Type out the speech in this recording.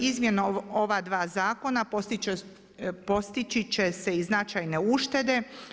Izmjenom ova dva zakona postići će se i značajne uštede.